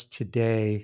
today